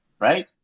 right